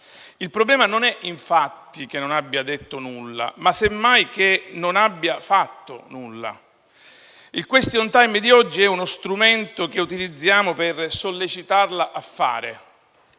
Il problema non è infatti che non abbia detto nulla, ma semmai che non abbia fatto nulla. Il *question time* di oggi è uno strumento che utilizziamo per sollecitarla a fare.